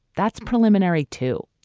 that's preliminary too.